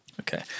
Okay